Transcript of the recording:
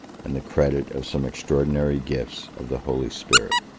and the credit of some extraordinary gifts of the holy spirit.